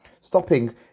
Stopping